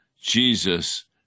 Jesus